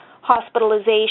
hospitalization